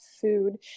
food